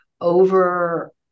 over